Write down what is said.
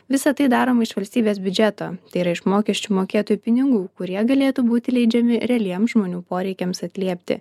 visa tai daroma iš valstybės biudžeto tai yra iš mokesčių mokėtojų pinigų kurie galėtų būti leidžiami realiems žmonių poreikiams atliepti